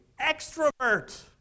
extrovert